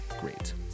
great